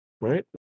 right